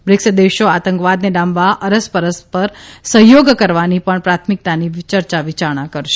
BRICS દેશો આતંકવાદને ડામવા અરસપરસ સહયોગ કરવાની પણ પ્રાથમિકતાની ચર્ચાવિયારણા કરશે